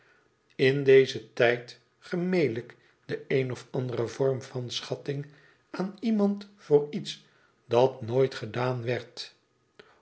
in dezen tijd gemeenlijk de een of andere vorm van schatting aan iemand voor iets dat nooit gedaan werd